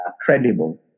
credible